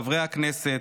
חברי הכנסת,